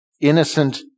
innocent